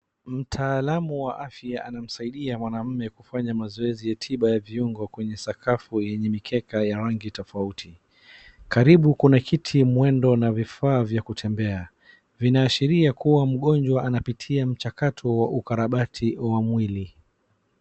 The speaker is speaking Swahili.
Mtaalamu wa afya anamsaidia mwanamme kufanya mazoezi ya tiba ya viungo kwenye sakafu yenye mikeka ya rangi tofauti. Karibu kuna kiti, mwendo na vifaa vya kutembea, vinaashiria kuwa mgonjwa anapitia mchakato wa ukarabati wa mwili.